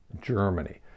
Germany